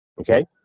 Okay